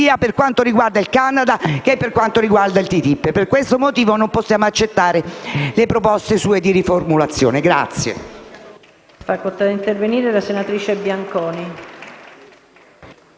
sia per quanto riguarda il Canada che per quanto riguarda il TTIP. Per questo motivo non possiamo accettare le sue proposte di riformulazione.